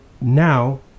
now